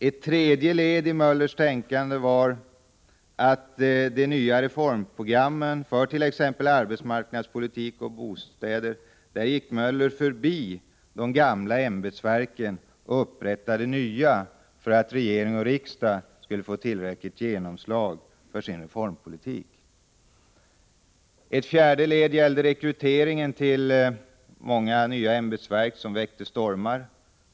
Ett ytterligare led i Möllers tänkande var att han i de nya reformprogrammen för t.ex. arbetsmarknadspolitik och bostäder gick förbi de gamla ämbetsverken och upprättade nya, för att regering och riksdag skulle få tillräckligt genomslag för sin reformpolitik. Ett annat led gällde rekryteringen till många nya ämbetsverk, vilket väckte stormar.